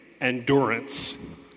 Endurance